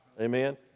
Amen